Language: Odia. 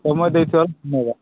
ସମୟ ଦେଇଥିବାରୁ ଧନ୍ୟବାଦ